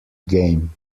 game